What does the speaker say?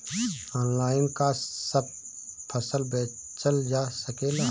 Online का सब फसल बेचल जा सकेला?